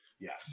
Yes